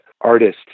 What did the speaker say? artist